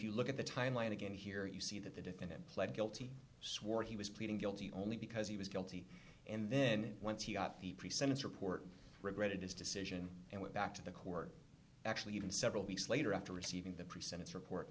you look at the timeline again here you see that the defendant pled guilty swore he was pleading guilty only because he was guilty and then once he got the pre sentence report regretted his decision and went back to the court actually even several weeks later after receiving the pre sentence report